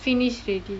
finished already